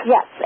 Yes